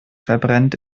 verbrennt